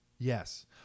Yes